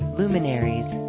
luminaries